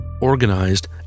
organized